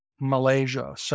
Malaysia